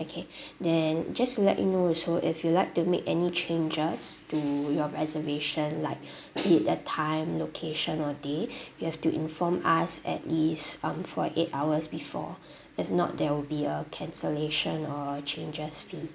okay then just to let you know also if you'd like to make any changes to your reservation like be it the time location or day you have to inform us at least um forty eight hours before if not there will be a cancellation or changes fee